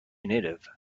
native